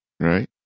Right